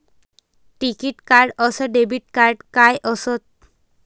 टिकीत कार्ड अस debit card काय असत?